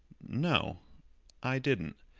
no i didn't.